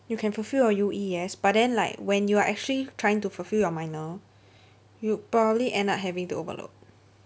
you can fulfil your U_E yes but then like when you are actually trying to fulfil your minor you'd probably end up having to overload